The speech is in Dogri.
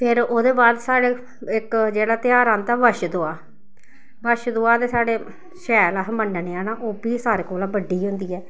फिर ओह्दे बाद साढ़े इक जेह्ड़ा तेहार औंदा बच्छ दुआह् बच्छ दुआह ते साढ़े शैल अस मन्नने आं ना ओह् बी सारे कोला बड्डी होंदी ऐ